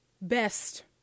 best